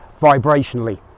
vibrationally